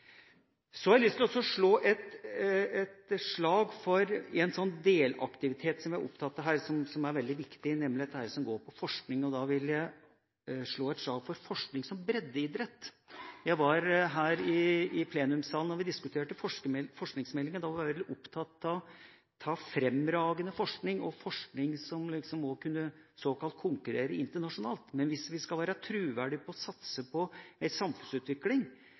å slå et slag for en delaktivitet som jeg er opptatt av her, som er veldig viktig, nemlig det som går på forskning. Og da vil jeg slå et slag for forskning som breddeidrett. Jeg var her i plenumssalen da vi diskuterte forskingsmeldinga. Da var jeg veldig opptatt av fremragende forskning og forskning som også kunne såkalt konkurrere internasjonalt. Men hvis vi skal være troverdige på og satse på en samfunnsutvikling